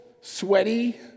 sweaty